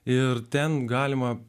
ir ten galima